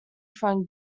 from